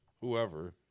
whoever